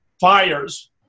fires